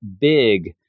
big